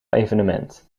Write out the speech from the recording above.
evenement